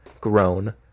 grown